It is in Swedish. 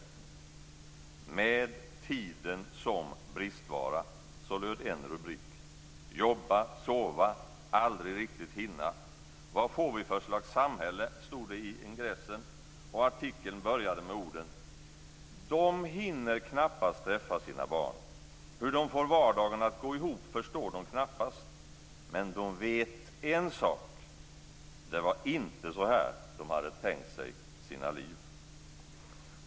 Med tiden som bristvara, löd en rubrik. Jobba, sova. Aldrig riktigt hinna. Vad får vi för slags samhälle? stod det i ingressen. Artikeln började med orden: De hinner knappast träffa sina barn. Hur de får vardagen att gå ihop förstår de knappast. Men de vet en sak. Det var inte så här de hade tänkt sig sina liv.